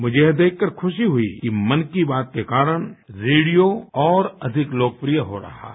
मुझे यह देखकर खुशी हुई कि मन की बात के कारण रेडियो और अधिक लोकप्रिय हो रहा है